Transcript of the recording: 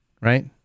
Right